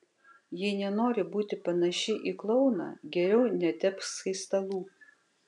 jei nenori būti panaši į klouną geriau netepk skaistalų